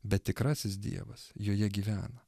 bet tikrasis dievas joje gyvena